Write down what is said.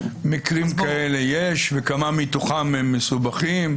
מקרים כאלה יש וכמה מתוכם מסובכים?